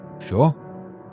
Sure